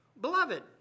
Beloved